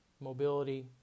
mobility